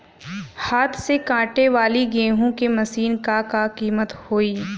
हाथ से कांटेवाली गेहूँ के मशीन क का कीमत होई?